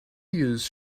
use